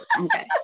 Okay